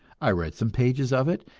i read some pages of it,